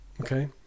okay